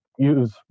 use